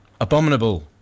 Abominable